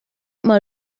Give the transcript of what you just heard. mal